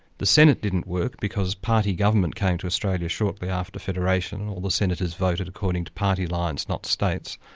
the senate didn't work because party government came to australia shortly after federation all the senators voted according to party lines, not states.